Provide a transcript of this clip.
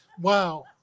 wow